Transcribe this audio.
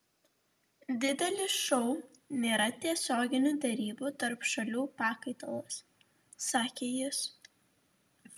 didelis šou nėra tiesioginių derybų tarp šalių pakaitalas sakė jis